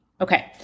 Okay